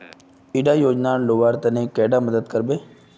इला योजनार लुबार तने कैडा मदद करबे?